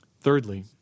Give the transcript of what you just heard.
Thirdly